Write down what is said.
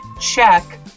check